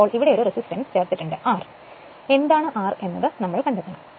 അതിനാൽ ഇവിടെ ഒരു റെസിസ്റ്റൻസ് R ചേർത്തിട്ടുണ്ട് എന്താണ് R എന്ന് നമ്മൾ കണ്ടെത്തണം